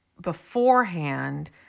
beforehand